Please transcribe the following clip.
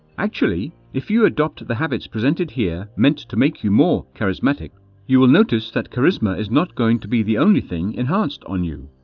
actually, if you adopt the habits presented here meant to make your more charismatic you will notice that charisma is not going to be the only thing enhanced on you.